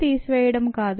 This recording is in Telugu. తీసివేయడమూ కాదు